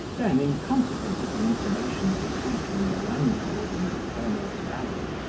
then, in consequence of the information they received from the landlord and the colonel's valet,